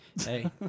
hey